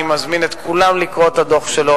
אני מזמין את כולם לקרוא את הדוח שלו.